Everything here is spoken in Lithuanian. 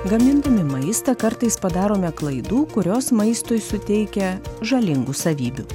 gamindami maistą kartais padarome klaidų kurios maistui suteikia žalingų savybių